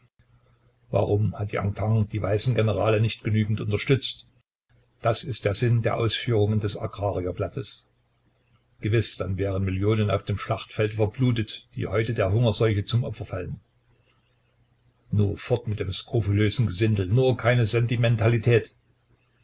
warum hat die entente die weißen generale nicht genügend unterstützt das ist der sinn der ausführungen des agrarierblattes gewiß dann wären millionen auf dem schlachtfelde verblutet die heute der hungerseuche zum opfer fallen nur fort mit dem skrofulösen gesindel nur keine sentimentalität